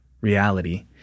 reality